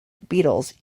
beetles